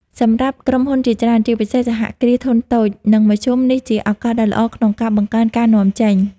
សម្រាប់ក្រុមហ៊ុនជាច្រើន ជាពិសេសសហគ្រាសធុនតូច និងមធ្យម នេះជាឱកាសដ៏ល្អក្នុងការបង្កើនការនាំចេញ។